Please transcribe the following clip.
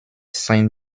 sein